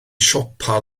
siopa